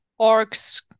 orcs